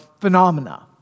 phenomena